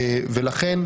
לכן,